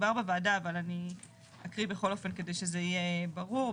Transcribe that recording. בוועדה, אבל אני אקריא אותו כדי שזה יהיה ברור.